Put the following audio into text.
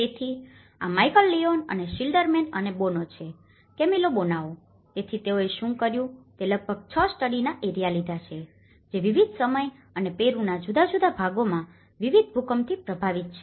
તેથી આ Michael Leon અને શિલ્ડરમેન અને બોનો છે કેમિલો બોનાઓ તેથી તેઓએ શું કર્યું તે લગભગ 6 સ્ટડીના એરિયા લીધા છે જે વિવિધ સમય અને પેરુના જુદા જુદા ભાગોમાં વિવિધ ભૂકંપથી પ્રભાવિત છે